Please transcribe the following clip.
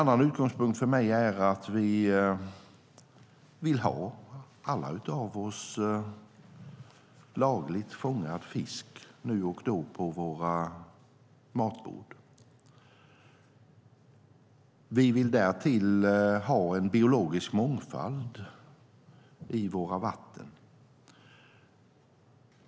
En annan är att vi alla vill ha lagligt fångad fisk nu och då på våra matbord. Vi vill därtill ha en biologisk mångfald i våra vatten.